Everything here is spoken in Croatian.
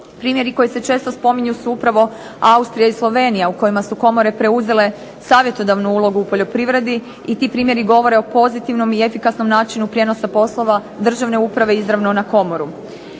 Primjeri koji se često spominju su upravo Austrija i Slovenija u kojima su komore preuzele savjetodavnu ulogu u poljoprivredi i ti primjeri govore o pozitivnom i efikasnom načinu prijenosa poslova državne uprave izravno na komoru.